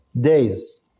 days